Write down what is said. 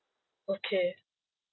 okay